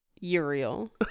Uriel